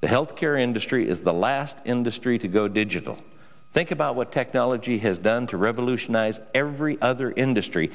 the health care industry is the last industry to go digital think about what technology has done to revolutionize every other industry